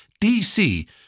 DC